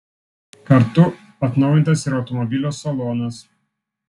kartu atnaujintas ir automobilio salonas